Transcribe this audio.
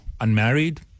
unmarried